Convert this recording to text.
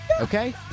okay